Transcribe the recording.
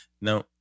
Now